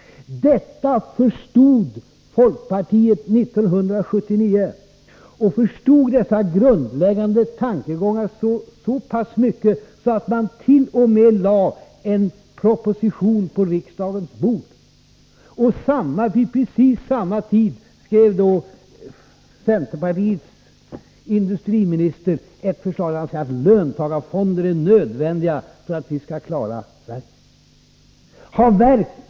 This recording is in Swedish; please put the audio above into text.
Dessa grundläggande tankegångar förstod folkpartiet 1979, så pass att folkpartiregeringen t.o.m. lade fram en proposition på riksdagens bord. Vid precis samma tid skrev centerpartiets industriminister ett förslag där han sade att löntagarfonderna är nödvändiga för att vi skall klara problemen i Sverige.